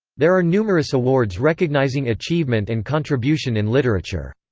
there are numerous awards recognizing achievement and contribution in literature.